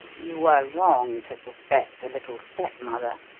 you were wrong to suspect the little stepmother,